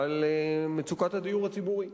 על מצוקת הדיור הציבורי.